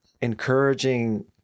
encouraging